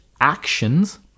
actions